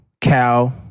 Cal